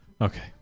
Okay